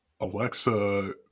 Alexa